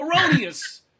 erroneous